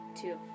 Two